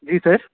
ਜੀ ਸਰ